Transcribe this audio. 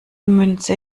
münze